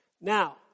Now